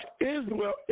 Israel